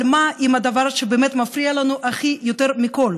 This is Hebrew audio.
אבל מה עם הדבר שבאמת מפריע לנו יותר מכול?